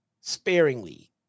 sparingly